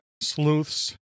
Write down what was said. sleuths